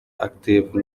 active